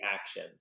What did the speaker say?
action